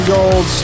Gold